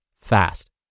fast